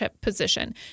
position